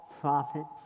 prophets